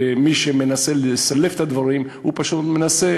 מי שמנסה לסלף את הדברים פשוט מנסה